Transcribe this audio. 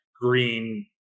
green